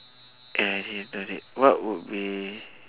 eh what would be